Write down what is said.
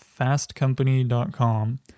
fastcompany.com